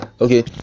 Okay